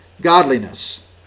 godliness